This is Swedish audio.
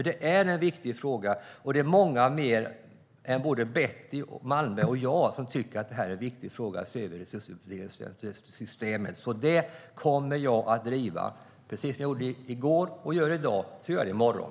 Det är en viktig fråga - och det är många fler än Betty Malmberg och jag som tycker det - så den kommer jag att driva, precis som jag gjorde i går, gör i dag och gör i morgon.